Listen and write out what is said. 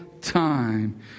time